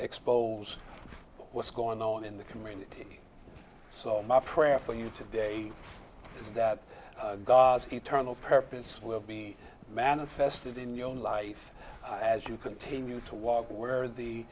expose what's going on in the community so my prayer for you today that eternal purpose will be manifested in your own life as you continue to walk where the